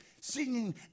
singing